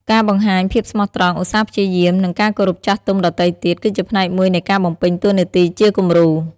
ការបង្ហាញភាពស្មោះត្រង់ ឧស្សាហ៍ព្យាយាម និងការគោរពចាស់ទុំដទៃទៀត គឺជាផ្នែកមួយនៃការបំពេញតួនាទីជាគំរូ។